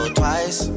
twice